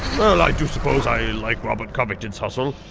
well, i do suppose i and like robert covington's hustle